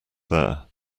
there